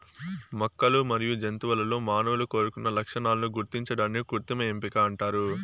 మొక్కలు మరియు జంతువులలో మానవులు కోరుకున్న లక్షణాలను గుర్తించడాన్ని కృత్రిమ ఎంపిక అంటారు